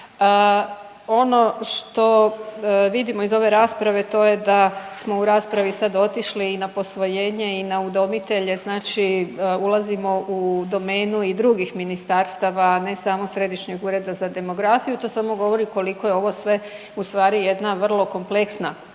Ono što vidimo iz ove rasprave, to je da smo u raspravi sad otišli i na posvojenje i na udomitelje, znači ulazimo u domenu i drugih ministarstava, ne samo Središnjeg ureda za demografiju, to sam govori koliko je ovo sve ustvari jedna vrlo kompleksna tematika.